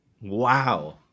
Wow